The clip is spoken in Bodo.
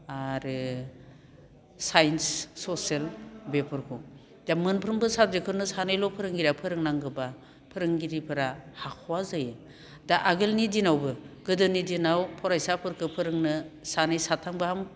आरो साइन्स ससेल बेफोरखौ दा मोनफ्रोमबो साबजेक्टखौनो सानैल' फोरोंगिरिया फोरोंनांगोब्ला फोरोंगिरिफोरा हाख'वा जायो दा आगोलनि दिनावबो गोदोनि दिनाव फरायसाफोरखो फोरोंनो सानै साथाम गाहाम